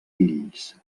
fills